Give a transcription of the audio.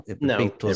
no